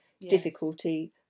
difficulty